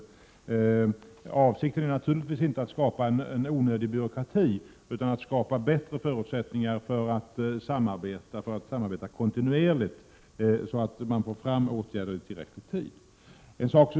Avsikten med en sådan kommission är naturligtvis inte att skapa en onödig byråkrati utan att ge bättre förutsättningar för att kunna samarbeta kontinuerligt, så att man får fram åtgärder i tillräckligt god tid.